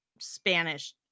spanish